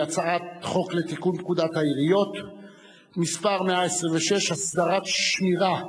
והיא הצעת חוק לתיקון פקודת העיריות (מס' 126) (הסדרת שמירה,